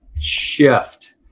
Shift